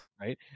right